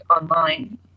online